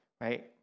right